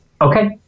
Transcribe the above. Okay